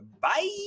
Bye